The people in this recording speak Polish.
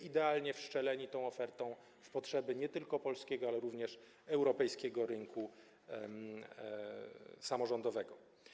Idealnie wstrzeliliśmy się tą ofertą w potrzeby nie tylko polskiego, ale również europejskiego rynku samorządowego.